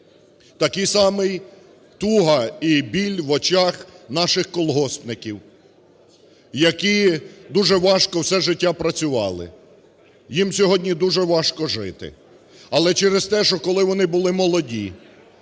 Такий самий туга і біль в очах наших колгоспників, які дуже важко все життя працювали, їм сьогодні дуже важко жити. Але через те, що коли вони були молоді,